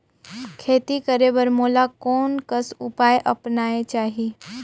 खेती करे बर मोला कोन कस उपाय अपनाये चाही?